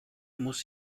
muss